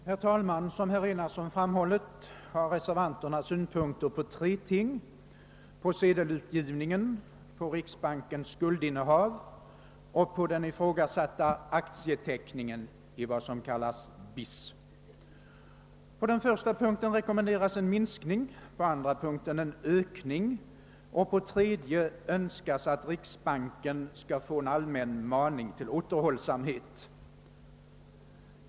Herr talman! Som herr Enarsson framhållit har reservanterna synpunkter på tre ting: på sedelutgivningen, på riksbankens guldinnehav och på den ifrågasatta aktieteckningen i vad som kallas BIS. På den första punkten rekommenderas en minskning, på den andra en ökning och på den tredje önskas att riksbanken skall få en allmän maning till återhållsamhet.